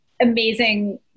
amazing